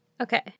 Okay